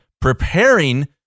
preparing